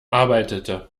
arbeitete